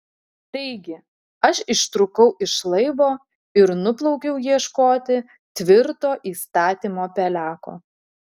taigi aš ištrūkau iš laivo ir nuplaukiau ieškoti tvirto įstatymo peleko